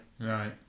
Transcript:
Right